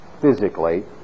physically